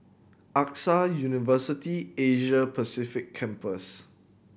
AXA University Asia Pacific Campus